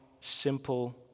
simple